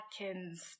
Atkins